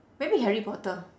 maybe harry potter